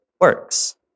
works